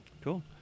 Cool